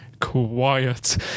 quiet